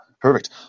perfect